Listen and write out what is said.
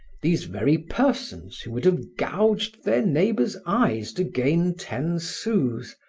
these very persons who would have gouged their neighbors' eyes to gain ten sous,